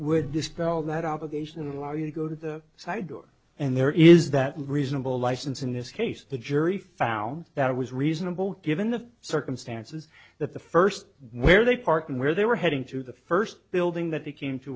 would dispel that obligation in law you go to the side door and there is that reasonable license in this case the jury found that it was reasonable given the circumstances that the first where they parked and where they were heading to the first building that they came to